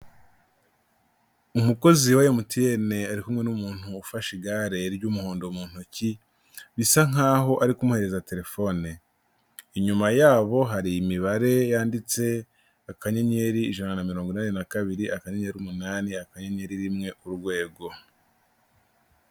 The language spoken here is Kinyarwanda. Umukozi wa MTN ari kumwe n'umuntu ufashe igare ry'umuhondo mu ntoki, bisa nk'aho ari kumuhereza telefone, inyuma yabo hari imibare yanditse, akanyenyeri, ijana na mirongo inani na kabiri, akanyenyeri umunani, akanyenyeri rimwe, urwego.